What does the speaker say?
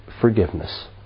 Forgiveness